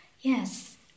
Yes